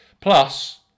Plus